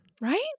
Right